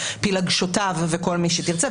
פילגשותיו וכל מי שתרצה,